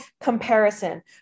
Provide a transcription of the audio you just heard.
comparison